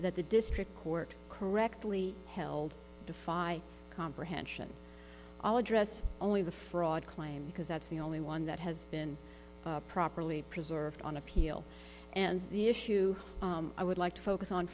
that the district court correctly held defy comprehension all address only the fraud claim because that's the only one that has been properly preserved on appeal and the issue i would like to focus on